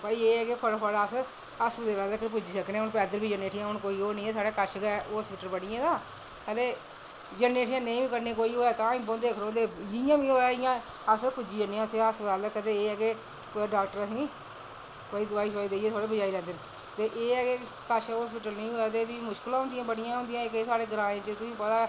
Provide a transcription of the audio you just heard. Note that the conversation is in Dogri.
भाई एह् ऐ कि फटाफट अस हस्पिटल तक्कर पुज्जी सकने अज्ज कोई ओह् नी एह् साढ़े कश गै ऐ हस्पिटल बने दा ते जन्ने उठी नेईं होऐ कन्नै तां बी बौंह्दे खड़ोंदे जियां बी होऐ इयां इस पुज्जी जन्ने आं हस्पिटल तक्कर ते कुदै डाक्टर असेंगी कोई दवाई शवाई देइयै बचाई लैंदे न ते एह् ऐ कि कश हस्पिटल नी होऐ ते बड़ियां परेशानियां होंदियां इक साढ़े ग्रांऽ च तुसेंगी पता ऐ कि